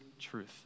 truth